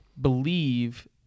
believe